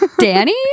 Danny